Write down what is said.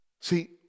See